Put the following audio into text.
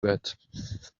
bad